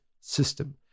system